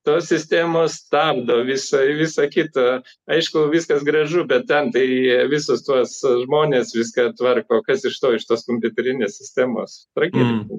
tos sistemos stabdo visai visa kita aišku viskas gražu bet ten tai visus tuos žmonės viską tvarko kas iš to iš tos kompiuterinės sistemos prekybininkų